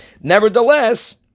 Nevertheless